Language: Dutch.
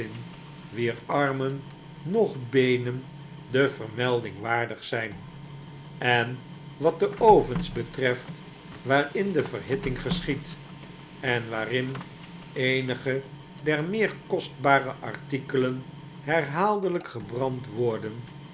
wier armen noch beenen de vermelding waardig zyn en wat de ovens betreft waarin de verhitting geschiedt en waarin eenige der meer kostbare artikelen herhaaldelijk gebrand worden